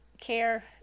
care